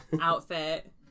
outfit